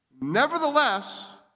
Nevertheless